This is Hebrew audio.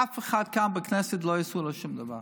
אף אחד כאן בכנסת לא יעשה לו שום דבר.